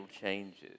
changes